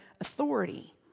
authority